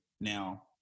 Now